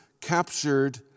captured